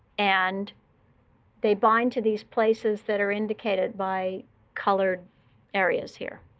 and they bind to these places that are indicated by colored areas here.